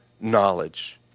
knowledge